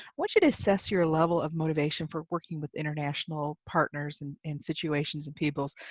what should assess your level of motivation for working with international partners and in situations with people?